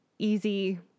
easy